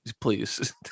please